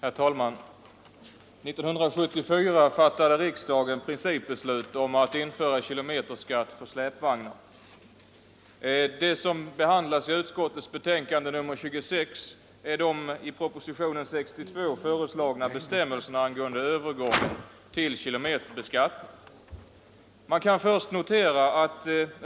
Herr talman! År 1974 fattade riksdagen principbeslut om att införa kilometerskatt för släpvagnar. I utskottets betänkande nr 26 behandlas de i propositionen 62 föreslagna bestämmelserna angående övergång till kilometerskatt.